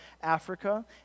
Africa